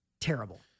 Terrible